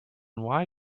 why